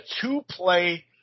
two-play